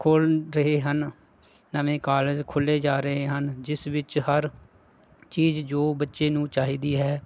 ਖੋਲ੍ਹ ਰਹੇ ਹਨ ਨਵੇਂ ਕਾਲਜ ਖੋਲ੍ਹੇ ਜਾ ਰਹੇ ਹਨ ਜਿਸ ਵਿੱਚ ਹਰ ਚੀਜ਼ ਜੋ ਬੱਚੇ ਨੂੰ ਚਾਹੀਦੀ ਹੈ